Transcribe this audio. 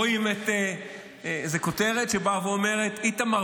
רואים איזה כותרת שבאה ואומרת: איתמר